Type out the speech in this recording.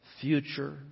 future